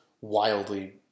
wildly